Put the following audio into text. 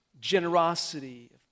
Generosity